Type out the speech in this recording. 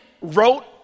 Wrote